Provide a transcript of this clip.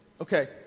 Okay